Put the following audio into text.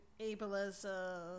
ableism